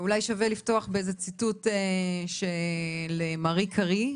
אז אולי ככה שווה לפתוח באיזה ציטוט של מארי קארי,